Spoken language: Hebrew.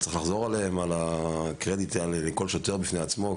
צריך לחזור עליהם, על הקרדיט לכל שוטר בפני עצמו.